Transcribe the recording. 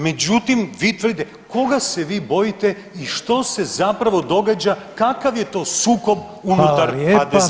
Međutim, vi tvrdite koga se vi bojite i što se zapravo događa, kakav je to sukob unutar HDZ-a?